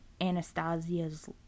Anastasia's